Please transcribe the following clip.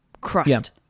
crust